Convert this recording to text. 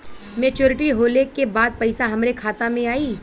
Maturity होले के बाद पैसा हमरे खाता में आई?